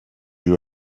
you